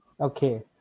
Okay